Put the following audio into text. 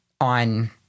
on